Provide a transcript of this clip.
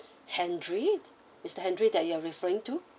henry mister henry that you are referring to